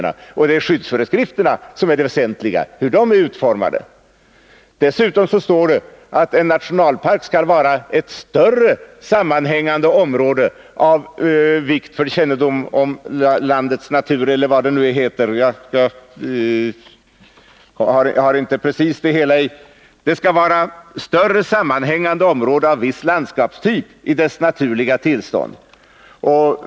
Det är hur skyddsföreskrifterna är utformade som är det väsentliga. Dessutom står det i lagen att en nationalpark skall vara ett större sammanhängande område av en viss landskapstyp i dess naturliga tillstånd.